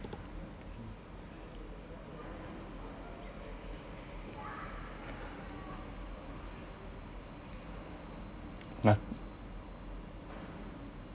nah